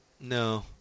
No